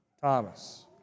Thomas